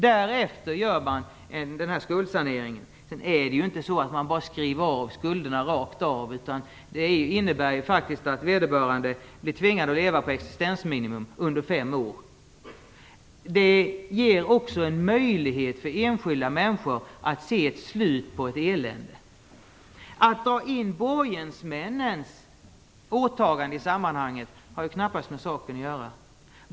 Därefter gör man en skuldsanering. Det går inte till så att man bara skriver av skulderna rakt av. Vederbörande blir faktiskt tvingad att leva på existensminimun under fem år. Det ger också en möjlighet för enskilda människor att se ett slut på ett elände. Att dra in borgensmännens åtaganden i sammanhanget är knappast relevant.